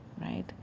right